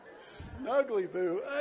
Snuggly-boo